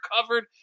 covered